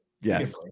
Yes